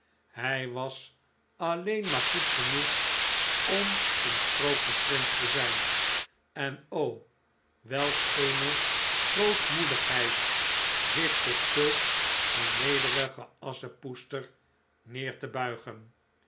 hij was alleen maar goed genoeg om een sprookjesprins te zijn en o welk een grootmoedigheid zich tot zulk een nederige asschepoetser neer te buigen